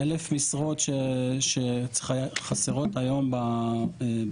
1,000 משרות שחסרות היום במערכת.